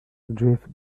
drift